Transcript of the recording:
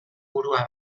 burua